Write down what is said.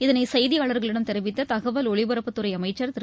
இதனை செய்தியாளர்களிடம் தெரிவித்த தகவல் ஒலிபரப்புத்துறை அமைச்சர் திரு